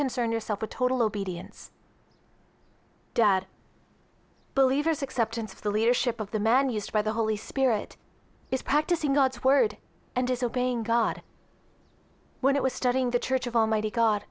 concern yourself with total obedience dad believers acceptance of the leadership of the man used by the holy spirit is practicing god's word and disobeying god when it was studying the church of almighty god